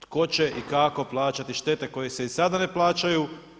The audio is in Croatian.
Tko će i kako plaćati štete koje se i sada ne plaćaju?